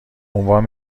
عنوان